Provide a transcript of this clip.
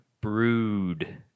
Brood